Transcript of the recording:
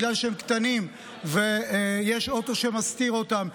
בגלל שהם קטנים ויש אוטו שמסתיר אותם,